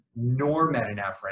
normetanephrine